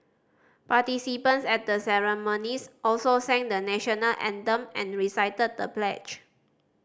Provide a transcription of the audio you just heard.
participants at the ceremonies also sang the National Anthem and recited the pledge